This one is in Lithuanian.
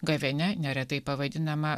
gavėnia neretai pavadinama